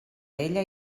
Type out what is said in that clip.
ella